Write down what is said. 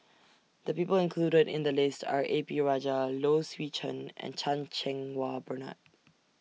The People included in The list Are A P Rajah Low Swee Chen and Chan Cheng Wah Bernard